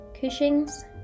Cushing's